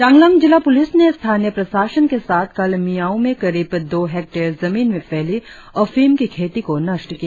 चांगलांग जिला पुलिस ने स्थानिय प्रशासन के साथ कल मियाओं में करीब दो हेक्टेयर जमीन में फैली अफीम की खेती को नष्ट किया